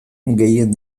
gehien